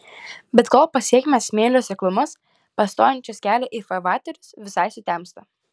bet kol pasiekiame smėlio seklumas pastojančias kelią į farvaterius visai sutemsta